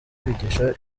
kwigisha